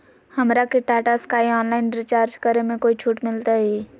हमरा के Tata Sky online recharge करे में कोई छूट मिलतई